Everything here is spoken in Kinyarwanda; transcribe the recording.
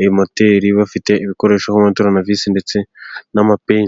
iyi moteri， bafite ibikoresho nk'amatoronovisi， ndetse n'amapense.